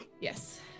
Yes